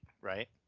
right